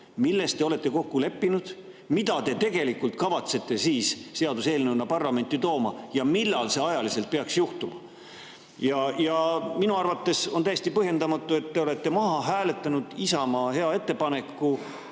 Milles te olete kokku leppinud, mida te tegelikult kavatsete seaduseelnõuna parlamenti tuua ja millal see ajaliselt peaks juhtuma? Minu arvates on täiesti põhjendamatu, et te olete maha hääletanud Isamaa hea ettepaneku,